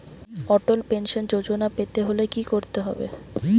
অটল pension যোজনা পেতে হলে কি করতে হবে?